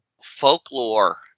folklore